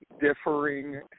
differing